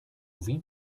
vim